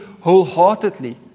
wholeheartedly